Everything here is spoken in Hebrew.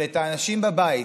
אבל את האנשים בבית,